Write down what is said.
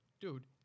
dude